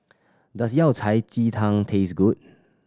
does Yao Cai ji tang taste good